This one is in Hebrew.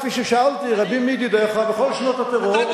כפי ששאלתי רבים מידידיך בכל שנות הטרור,